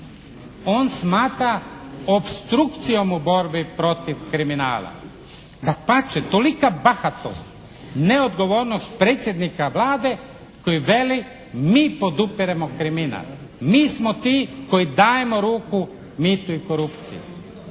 on smatra opstrukcijom u borbi protiv kriminala. Dapače, tolika bahatost, neodgovornost predsjednika Vlade koji veli mi podupiremo kriminal. Mi smo ti koji dajemo ruku mitu i korupciji.